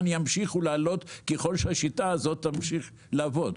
ימשיכו לעלות ככל שהשיטה הזאת תמשיך לעבוד.